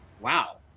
Wow